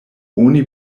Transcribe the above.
oni